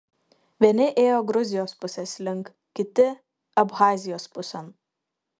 vieni ėjo gruzijos pusės link kiti abchazijos pusėn